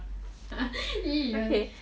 !ee! your